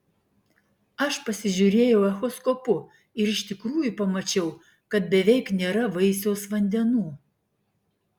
aš pasižiūrėjau echoskopu ir iš tikrųjų pamačiau kad beveik nėra vaisiaus vandenų